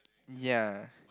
ya